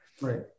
Right